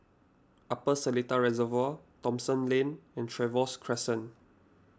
Upper Seletar Reservoir Thomson Lane and Trevose Crescent